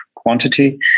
quantity